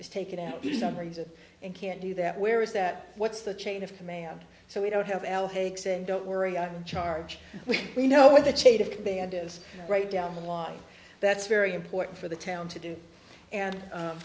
is taken out to some reason and can't do that where is that what's the chain of command so we don't have al haig saying don't worry i'm in charge we we know what the chain of command is right down the line that's very important for the town to do and